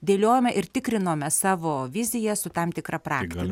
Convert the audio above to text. dėliojome ir tikrinome savo viziją su tam tikra praktika